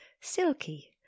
silky